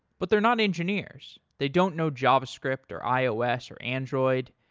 but they're not engineers. they don't know javascript or ios or android,